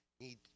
need